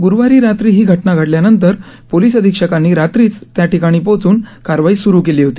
गुरुवारी रात्री ही घटना घडल्यानंतर पोलिस अधिक्षकांनी रात्रीच त्याठिकाणी पोहोचून कारवाई सुरू केली होती